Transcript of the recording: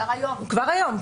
כבר היום.